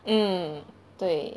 mm 对